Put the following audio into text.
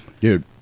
dude